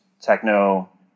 techno